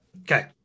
okay